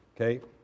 Okay